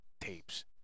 tapes